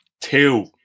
two